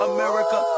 America